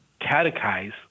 catechize